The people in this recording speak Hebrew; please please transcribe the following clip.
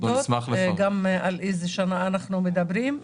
גם על איזה שנה אנחנו מדברים,